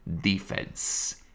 defense